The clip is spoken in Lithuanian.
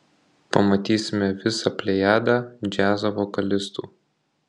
pamatysime visą plejadą džiazo vokalistų